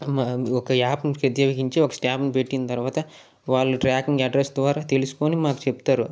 ఒక యాప్ ను శ్రద్ధ వహించి ఒక స్టాఫ్ ను పెట్టిన తరువాత వాళ్లు ట్రాకింగ్ అడ్రెస్సు ద్వారా తెలుసుకొని మాకు చెప్తారు